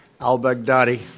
al-Baghdadi